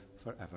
forever